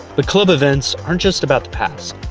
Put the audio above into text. but club events aren't just about the past.